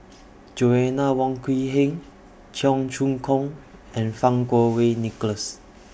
Joanna Wong Quee Heng Cheong Choong Kong and Fang Kuo Wei Nicholas